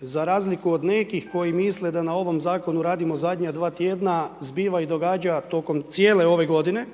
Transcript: za razliku od nekih koji misle da na ovom zakonu radimo zadnje dva tjedna, zbiva i događa tokom cijele ove godine.